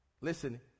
Listen